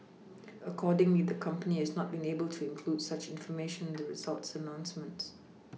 accordingly the company has not been able to include such information the results announcements